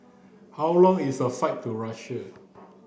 how long is the flight to Russia